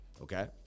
okay